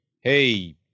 hey